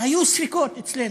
היו ספקות אצלנו,